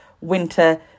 winter